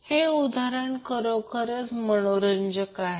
हे उदाहरण खरोखर मनोरंजक आहे